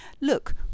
look